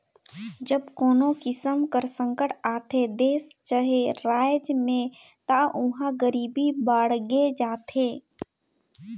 जब कोनो किसिम कर संकट आथे देस चहे राएज में ता उहां गरीबी बाड़गे जाथे